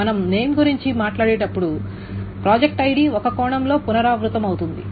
మనం నేమ్ గురించి మాట్లాడేటప్పుడు ప్రాజెక్ట్ ఐడి ఒక కోణంలో పునరావృతమవుతుంది